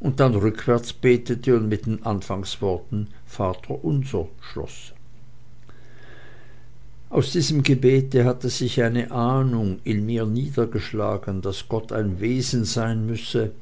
und dann rückwärts betete und mit den anfangsworten vater unser schloß aus diesem gebete hatte sich eine ahnung in mir niedergeschlagen daß gott ein wesen sein müsse